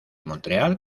montreal